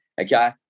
okay